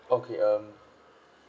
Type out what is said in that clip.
okay um